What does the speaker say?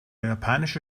japanische